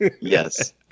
Yes